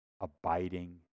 abiding